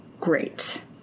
great